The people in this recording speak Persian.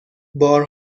بار